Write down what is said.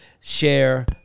share